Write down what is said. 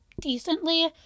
decently